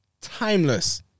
Timeless